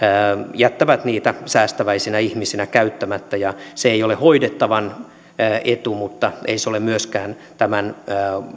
jättävät niitä vapaita säästäväisinä ihmisinä käyttämättä ja se ei ole hoidettavan etu mutta ei se ole myöskään tämän